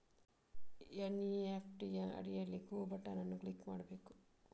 NEFT ಅಡಿಯಲ್ಲಿ go button ಅನ್ನು click ಮಾಡಬೇಕು